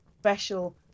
special